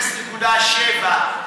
0.7,